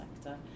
sector